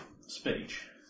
speech